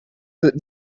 that